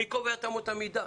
מי קובע את אמות המידה?